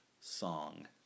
song